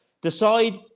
decide